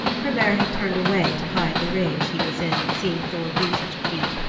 hrymer had turned away to hide the rage he was in at seeing thor do such a feat.